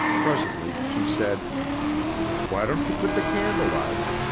presently she said why don't you put the candle out?